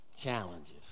challenges